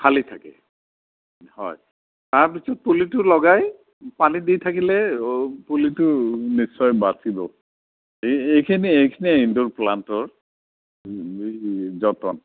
খালি থাকে হয় তাৰ পিছত পুলিটো লগাই পানী দি থাকিলে পুলিটো নিশ্চয় বাচিব এই এইখিনি এইখিনিয়েই ইণ্ডোৰ প্লাণ্টৰ যতন